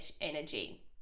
energy